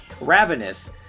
Ravenous